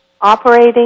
operating